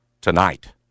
tonight